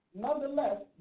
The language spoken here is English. Nonetheless